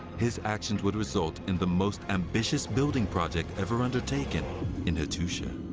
his actions would result in the most ambitious building project ever undertaken in hattusha.